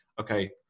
okay